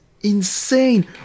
insane